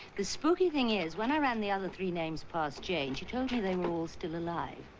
the spooky thing is when i ran the other three names past jane she told me they were all still alive.